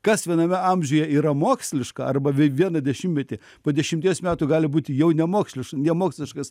kas viename amžiuje yra moksliška arba vi vieną dešimtmetį po dešimties metų gali būti jau nemoksliš nemoksliškas